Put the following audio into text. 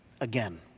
again